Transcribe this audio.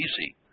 easy